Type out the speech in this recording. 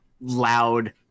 loud